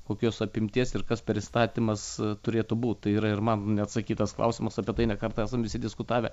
kokios apimties ir kas per įstatymas turėtų būt tai yra ir man neatsakytas klausimas apie tai ne kartą esam diskutavę